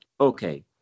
okay